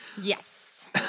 yes